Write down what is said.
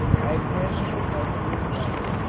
i examined the carpenter's leg,